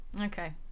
Okay